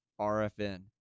RFN